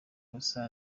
ubusa